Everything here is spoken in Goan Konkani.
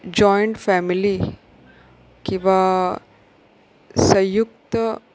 जॉयंट फॅमिली किंवां संयुक्त